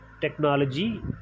Technology